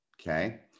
okay